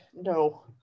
No